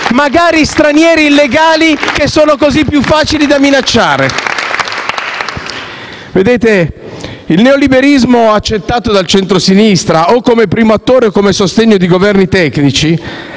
di stranieri illegali che sono molto più facili da minacciare. Il neoliberismo, accettato dal centrosinistra come primo attore o con il sostegno a Governi tecnici,